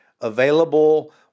available